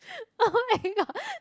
[oh]-my-god